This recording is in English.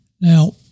Now